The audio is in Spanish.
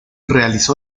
realizó